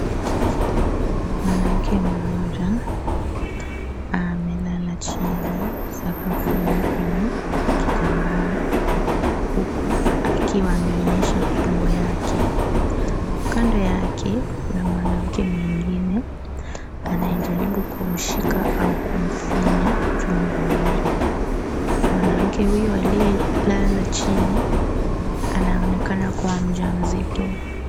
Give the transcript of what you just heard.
Mwanamke mmoja amelala chini sakafuni kwenye kitambaa huku akiwa ameonyesha tumbo yake. Kando yake kuna mwanamke mwengine anayejaribu kumshika au kumfinya tumbo hilo. Mwanamke huyu aliyelala chini anaonekana kuwa mjamzito.